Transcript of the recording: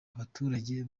abaturage